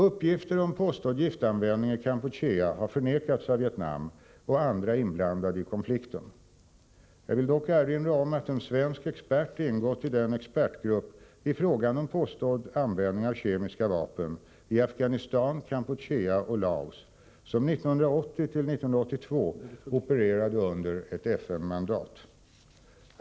Uppgifter om påstådd giftanvändning i Kampuchea har förnekats av Vietnam och andra inblandade i konflikten. Jag vill dock erinra om att en svensk expert ingått i den expertgrupp i frågan om påstådd användning av kemiska vapen i Afghanistan, Kampuchea och Laos som 1980-1982 opererade under ett FN-mandat.